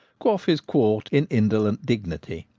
quaff his quart in indolent dignity.